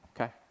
Okay